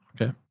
Okay